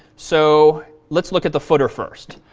so let's look at the footer first.